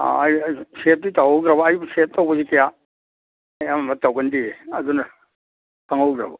ꯑꯥ ꯁꯦꯕꯇꯤ ꯇꯧꯍꯧꯗ꯭ꯔꯥꯕ ꯑꯩꯕꯨ ꯁꯦꯕ ꯇꯧꯕꯁꯤ ꯀꯌꯥ ꯑꯩ ꯑꯃ ꯑꯃ ꯇꯧꯒꯟꯗꯤꯌꯦ ꯑꯗꯨꯅ ꯈꯪꯍꯧꯗꯕ